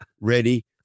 ready